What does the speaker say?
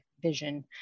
vision